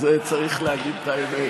צריך להגיד את האמת.